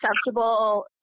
acceptable